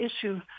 issue